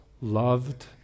loved